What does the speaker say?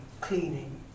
cleaning